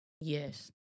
Yes